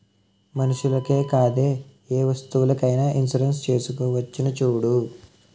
మనుషులకే కాదే ఏ వస్తువులకైన ఇన్సురెన్సు చేసుకోవచ్చును చూడూ